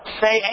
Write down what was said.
say